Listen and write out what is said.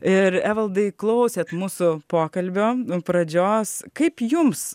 ir evaldai klausėt mūsų pokalbio pradžios kaip jums